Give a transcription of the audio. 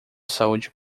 saúde